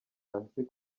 hasi